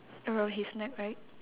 around his neck right